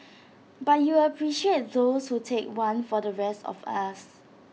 but you appreciate those who take one for the rest of us